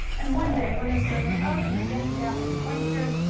and one day, when this man was out in the bay gathering oysters,